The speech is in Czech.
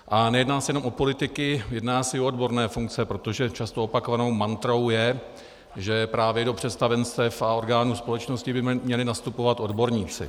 A nejedná se jenom o politiky, jedná se i o odborné funkce, protože často opakovanou mantrou je, že právě do představenstev a orgánů společnosti by měli nastupovat odborníci.